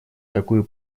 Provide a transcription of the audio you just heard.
такую